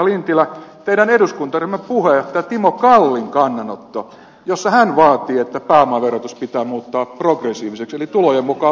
lintilä teidän eduskuntaryhmänne puheenjohtajan timo kallin kannanotto jossa hän vaatii että pääomaverotus pitää muuttaa progressiiviseksi eli tulojen mukaan lisääntyväksi